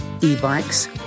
E-bikes